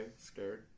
scared